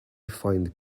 find